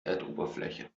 erdoberfläche